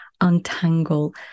untangle